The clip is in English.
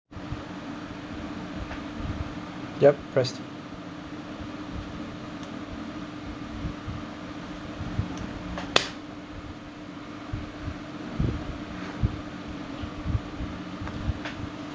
yup press